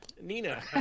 nina